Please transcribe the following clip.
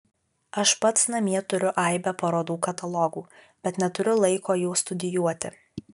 aš pats namie turiu aibę parodų katalogų bet neturiu laiko jų studijuoti